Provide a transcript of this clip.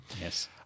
Yes